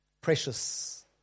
precious